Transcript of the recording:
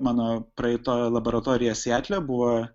mano praeita laboratorija sietle buvo